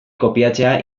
kopiatzea